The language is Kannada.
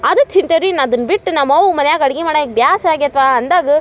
ಅದು ತಿಂತೇವೆ ರೀ ಇನ್ನು ಅದನ್ನು ಬಿಟ್ಟು ನಮ್ಮ ಅವ್ವ ಮನ್ಯಾಗೆ ಅಡ್ಗೆ ಮಾಡಕ್ಕೆ ಬೇಸ್ರ ಆಗೈತೆ ಅಂದಾಗೂ